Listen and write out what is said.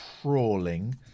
crawling